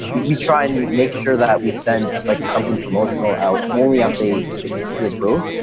we try and make sure that we send like something promotional out, only update specifically approved.